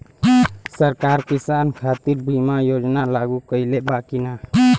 सरकार किसान खातिर बीमा योजना लागू कईले बा की ना?